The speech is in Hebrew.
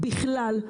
בכלל.